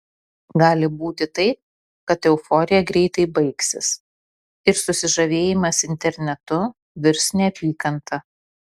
gali būti taip kad euforija greitai baigsis ir susižavėjimas internetu virs neapykanta